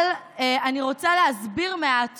אבל אני רוצה להסביר מעט